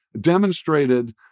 demonstrated